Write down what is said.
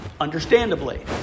understandably